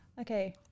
Okay